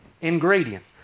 ingredient